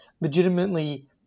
legitimately